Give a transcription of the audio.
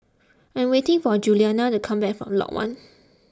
I am waiting for Juliana to come back from Lot one